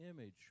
image